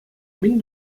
мӗн